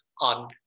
on